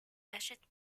hachette